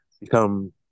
become